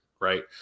right